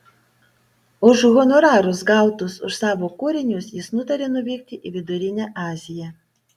už honorarus gautus už savo kūrinius jis nutarė nuvykti į vidurinę aziją